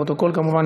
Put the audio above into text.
לפרוטוקול כמובן,